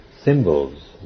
symbols